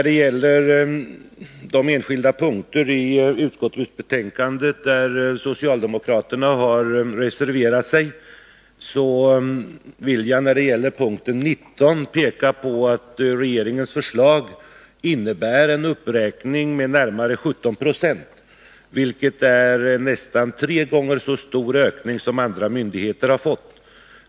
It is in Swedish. Socialdemokraterna har reserverat sig beträffande enskilda punkter i utskottets betänkande. När det gäller punkten 19 vill jag peka på att regeringens förslag innebär en uppräkning med närmare 17 96, vilket är en nästan tre gånger så stor ökning som andra myndigheter har fått.